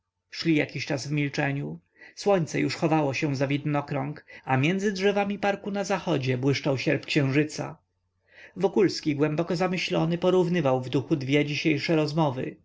szli jakiś czas w milczeniu słońce już chowało się za widnokrąg a między drzewami parku na zachodzie błyszczał sierp księżyca wokulski głęboko zamyślony porównywał w duchu dwie dzisiejsze rozmowy